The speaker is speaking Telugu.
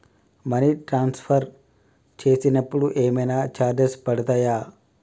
మనీ ట్రాన్స్ఫర్ చేసినప్పుడు ఏమైనా చార్జెస్ పడతయా?